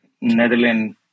Netherlands